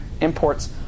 imports